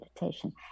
meditation